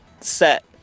set